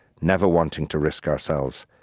never wanting to risk ourselves,